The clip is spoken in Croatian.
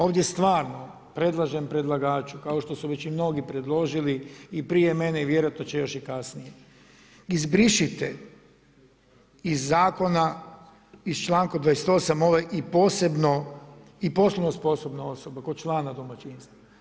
Ovdje stvarno predlažem predlagaču kao što su već i mnogi predložili i prije mene i vjerojatno će još i kasnije, izbrišite iz zakona, iz članka 28. ovaj i poslovno sposobne osobe kao člana domaćinstva.